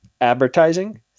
advertising